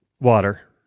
Water